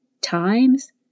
times